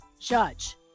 judge